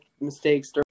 mistakes